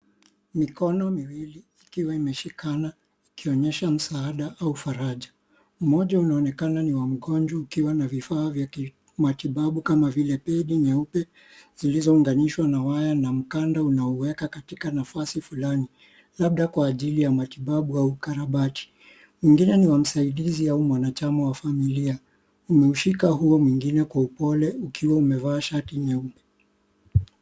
Mikono miwili ikiwa imeshikana ikionyesha msaada au faraja. Mmoja unaonenaka ni wa mgonjwa ukiwa na vifaa vya kimatibabu kama vile pedi nyeupe zilizounganishwa na waya na mkanda unaouweka katika nafasi fulani, labda kwa ajili ya matibabu au ukarabati .Mwingine ni wa msaidizi au mwanachama wa familia, umeushika huo mwingine kwa upole ukiwa umevaa shati nyeupe.